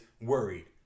worried